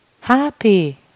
Happy